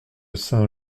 saint